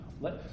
Let